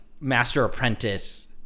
master-apprentice